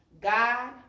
God